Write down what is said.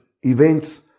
events